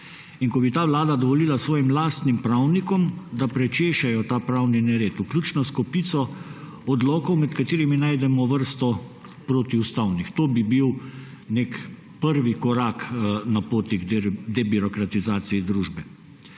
in ko bi ta vlada dovolila svojim lastnim pravnikom, da prečešejo ta pravni nered, vključno s kopico odlokov, med katerimi najdemo vrsto protiustavnih. To bi bil prvi korak na poti k debirokratizaciji družbe.